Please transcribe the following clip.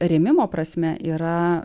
rėmimo prasme yra